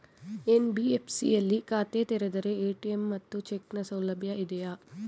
NBFC ಯಲ್ಲಿ ಖಾತೆ ತೆರೆದರೆ ಎ.ಟಿ.ಎಂ ಮತ್ತು ಚೆಕ್ ನ ಸೌಲಭ್ಯ ಇದೆಯಾ?